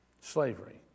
Slavery